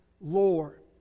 Lord